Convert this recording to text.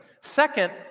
Second